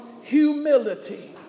humility